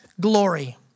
glory